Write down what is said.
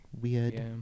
Weird